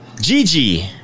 Gigi